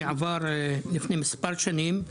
שעבר לפני מספר שנים,